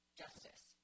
justice